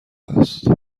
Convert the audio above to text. است